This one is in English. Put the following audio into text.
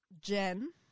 Jen